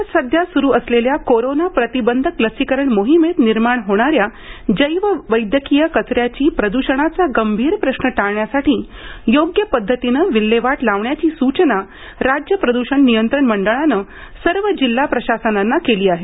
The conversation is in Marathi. राज्यात सध्या सुरू असलेल्या कोरोना प्रतिबंधक लसीकरण मोहिमेत निर्माण होणाऱ्या जैव वैद्यकीय कचऱ्याची प्रद्रषणाचा गंभीर प्रश्न टाळण्यासाठी योग्य पद्धतीनं विल्हेवाट लावण्याची सूचना राज्य प्रदूषण नियंत्रण मंडळानं सर्व जिल्हा प्रशासनांना केली आहे